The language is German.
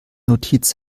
notiz